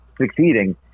succeeding